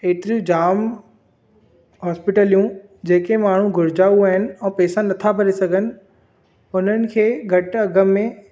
हेतिरियूं जाम हॉस्पिटलियूं जेके माण्हू घुर्जाऊं आहिनि ऐं पैसा नथा भरे सघनि हुननि खे घटि अघु में